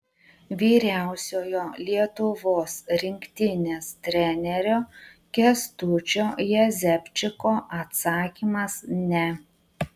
vyriausiojo lietuvos rinktinės trenerio kęstučio jezepčiko atsakymas ne